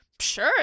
Sure